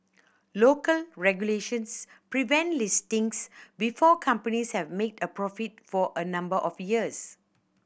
local regulations prevent listings before companies have made a profit for a number of years